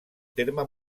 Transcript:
terme